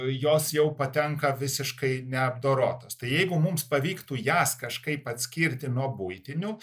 jos jau patenka visiškai neapdorotos tai jeigu mums pavyktų jas kažkaip atskirti nuo buitinių